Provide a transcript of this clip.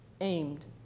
aimed